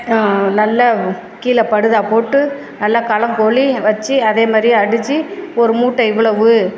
நல்ல கீழே படுதா போட்டு நல்லா களம் பொழி வச்சு அதே மாதிரியே அடித்து ஒரு மூட்டை இவ்வளவு